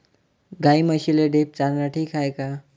गाई म्हशीले ढेप चारनं ठीक हाये का?